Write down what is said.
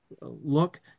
look